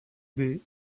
baies